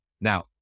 Now